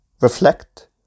Reflect